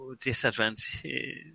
disadvantage